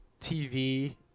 TV